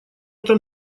там